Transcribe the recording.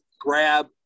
grab